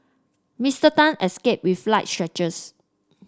Mister Tan escaped with light scratches